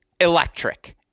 Electric